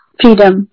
freedom